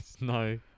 no